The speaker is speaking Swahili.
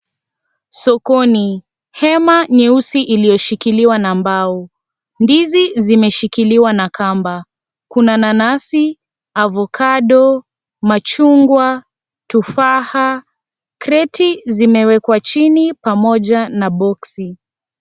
Sokoni, hema nyeusi iliyoshikiliwa na mbao, ndizi zimeshikiliwa na kamba, kuna nanasi, avocado, machungwa, tufaha, kreti zimewekwa chini pamoja na boksi.